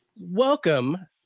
welcome